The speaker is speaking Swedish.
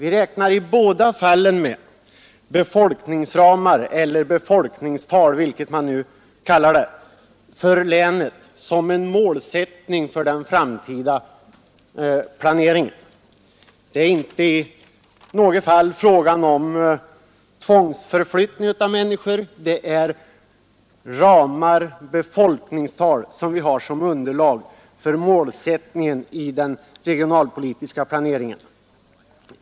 I båda fallen räknar vi med befolkningsramar eller befolkningstal vilket man nu vill kalla dem — för länen som en målsättning för den framtida planeringen. Inte i något fall är det fråga om tvångsförflyttning av människor; det är ramar och befolkningstal”som ligger som underlag för målsättningen i den regionalpolitiska planeringen.